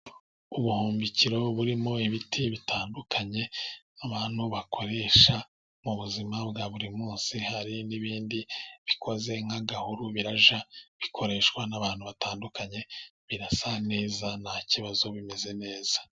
Ubuhumbikiro burimo ibiti bitandukanye ,abantu bakoresha mu buzima bwa buri munsi, hari n'ibindi bikoze nk'agahuru birajya bikoreshwa n'abantu batandukanye, birasa neza nta kibazo bimeze neza.